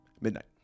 Midnight